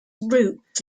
roots